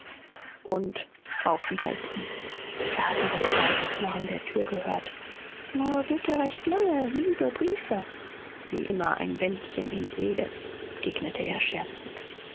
und auf wiedersehn er hatte das leise knarren der tür gehört nur bitte recht lange liebe briefe wie immer ein bändchen in sedez entgegnete er scherzend